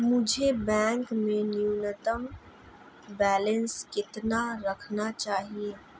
मुझे बैंक में न्यूनतम बैलेंस कितना रखना चाहिए?